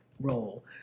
role